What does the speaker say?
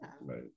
right